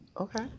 Okay